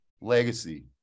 legacy